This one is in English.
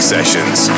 Sessions